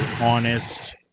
honest